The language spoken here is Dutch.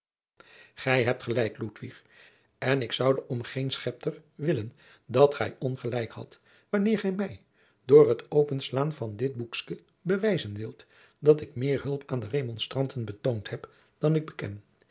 gij hebt gelijk ludwig en ik zoude om geen schepter willen dat gij ongelijk hadt wanneer gij mij door het openslaan van dit boekske bewijzen wilt dat ik meer hulp aan de remonstranten betoond heb dan ik beken